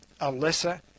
Alyssa